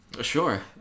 Sure